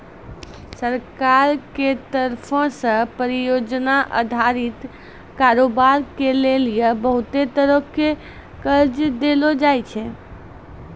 सरकार के तरफो से परियोजना अधारित कारोबार के लेली बहुते तरहो के कर्जा देलो जाय छै